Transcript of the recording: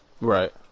Right